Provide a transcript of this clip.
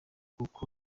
kuko